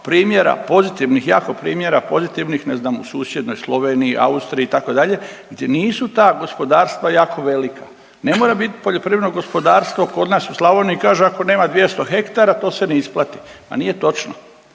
pozitivnih, jako primjera pozitivnih ne znam u susjednoj Sloveniji, Austriji itd. gdje nisu ta gospodarstva jako velika. Ne mora biti poljoprivredno gospodarstvo kod nas u Slavoniji kaže ako nema 200 hektara to se ne isplati. Ma nije točno,